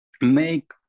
make